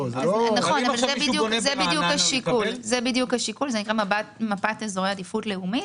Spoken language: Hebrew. זה נקרא מפת אזורי עדיפות לאומית.